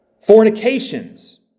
Fornications